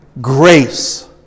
grace